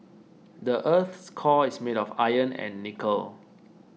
the earth's core is made of iron and nickel